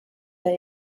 that